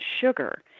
sugar